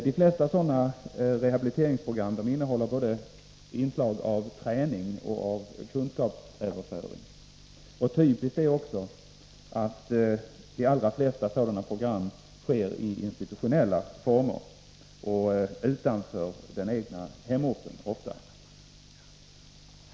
De flesta sådana rehabiliteringsprogram innehåller inslag av både träning och kunskapsöverföring. Typiskt är också att de allra flesta sådana program genomförs i institutionella former, ofta utanför den egna hemorten.